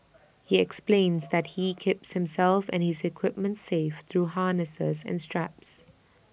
he explains that he keeps himself and his equipment safe through harnesses and straps